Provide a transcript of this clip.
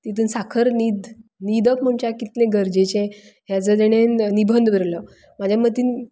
तातूंत साखर न्हिद न्हिदप मनशाक कितलें गरजेचें हे जो तांणे निबंध बरयिल्लो म्हज्या मतींत